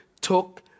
took